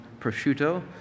prosciutto